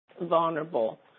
vulnerable